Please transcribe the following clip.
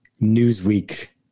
Newsweek